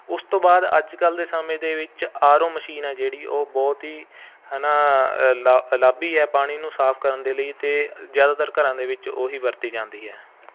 ਉਸ ਤੋਂ ਬਾਅਦ ਅੱਜ ਕੱਲ੍ਹ ਦੇ ਸਮੇਂ ਦੇ ਵਿੱਚ ਆਰ ਓ ਮਸ਼ੀਨ ਹੈ ਜਿਹੜੀ ਉਹ ਬਹੁਤ ਹੀ ਹੈ ਨਾਂ ਲ਼ ਲਾਭੀ ਹੈ ਪਾਣੀ ਨੂੰ ਸਾਫ਼ ਕਰਨ ਦੇ ਲਈ ਅਤੇ ਜ਼ਿਆਦਾਤਰ ਘਰਾਂ ਦੇ ਵਿੱਚ ਉਹੀ ਵਰਤੀ ਜਾਂਦੀ ਹੈ